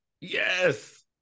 Yes